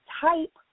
type